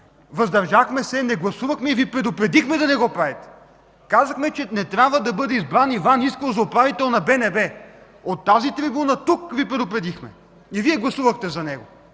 въздържахме се, не гласувахме и Ви предупредихме да не го правите. Казахме, че Иван Искров не трябва да бъде избран за управител на БНБ. От тази трибуна тук Ви предупредихме. И Вие гласувахте за него.